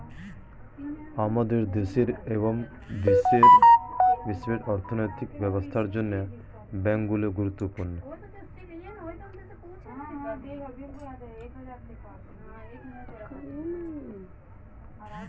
আমাদের দেশের এবং বিশ্বের অর্থনৈতিক ব্যবস্থার জন্য ব্যাংকগুলি গুরুত্বপূর্ণ